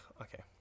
Okay